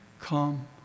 come